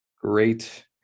Great